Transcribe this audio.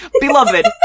Beloved